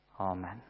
Amen